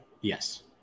Yes